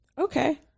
Okay